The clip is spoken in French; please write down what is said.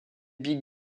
big